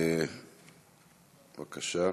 בבקשה.